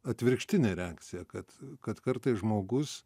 atvirkštinė reakcija kad kad kartais žmogus